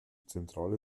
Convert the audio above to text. zentrale